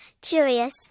curious